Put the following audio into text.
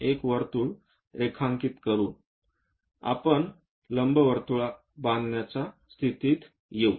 अजून एक वर्तुळ रेखांकित करून आपण लंबवर्तुळ बांधण्याच्या स्थितीत येऊ